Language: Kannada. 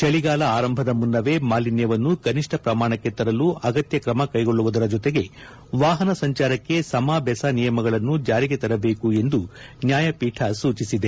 ಚಳಿಗಾಲ ಆರಂಭದ ಮುನ್ನವೇ ಮಾಲಿನ್ಯವನ್ನು ಕನಿಷ್ಠ ಪ್ರಮಾಣಕ್ಕೆ ತರಲು ಅಗತ್ತ ಕ್ರಮ ಕೈಗೊಳ್ಳುವುದರ ಜೊತೆಗೆ ವಾಹನ ಸಂಚಾರಕ್ಕೆ ಸಮ ಬೆಸ ನಿಯಮಗಳನ್ನು ಜಾರಿಗೆ ತರಬೇಕು ಎಂದು ನ್ಯಾಯಪೀಠ ಸೂಚಿಸಿದೆ